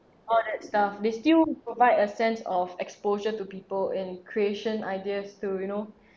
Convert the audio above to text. all that staff they still provide a sense of exposure to people and creation ideas to you know